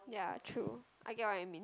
ya true I get what you mean